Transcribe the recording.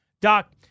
Doc